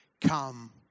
come